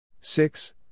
Six